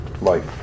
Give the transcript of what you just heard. life